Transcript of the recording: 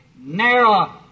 narrow